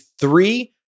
three